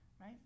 right